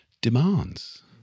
Demands